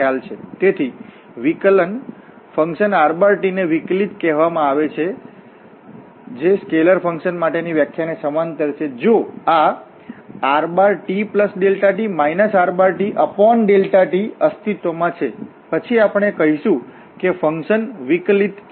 તેથી વિકલનફંકશન rt ને વિકલીત કહેવામાં આવે છે જે સ્કેલર ફંકશન માટેની વ્યાખ્યા ને સમાંતર છે જો આ rt∆t r∆t અસ્તિત્વમાં છે પછી આપણે કહીશું કેફંકશન વિકલીત છે